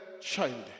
child